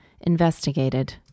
investigated